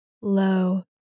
low